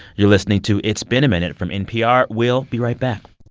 you're listening to it's been a minute from npr. we'll be right back